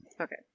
Okay